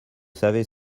savait